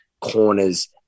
corners